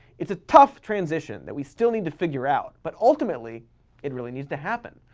it's a tough transition that we still need to figure out, but ultimately it really needs to happen.